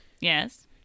Yes